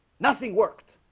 nothing worked.